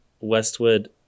Westwood